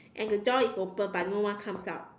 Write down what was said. and the door is open but no one comes out